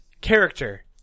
character